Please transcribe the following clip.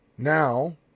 Now